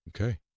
Okay